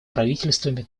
правительствами